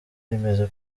rimeze